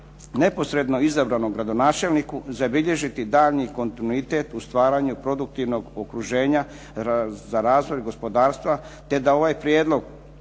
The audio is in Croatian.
neposredno izabranom gradonačelniku zabilježiti daljnji kontinuitet u stvaranju produktivnog okruženja za razvoj gospodarstva te da ovaj Prijedlog